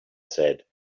said